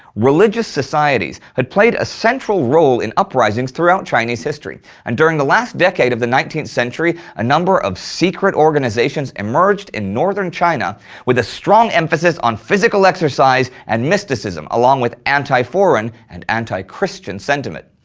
religious societies had played a central role in uprisings throughout chinese history, and during the last decade of the nineteenth century, a number of secret organisations emerged in northern china with a strong emphasis on physical exercise and mysticism, along with anti-foreign and anti-christian sentiment.